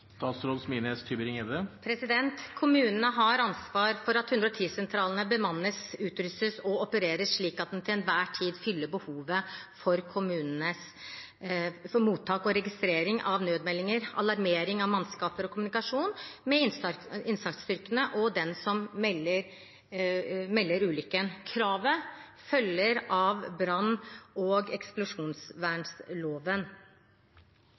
at 110-sentralene bemannes, utrustes og opereres slik at de til enhver tid fyller behovet for mottak og registrering av nødmeldinger, alarmering av mannskap og kommunikasjon med innsatsstyrkene og den som melder ulykken. Kravet følger av brann- og eksplosjonsvernloven.